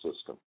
system